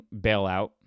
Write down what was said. bailout